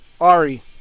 Ari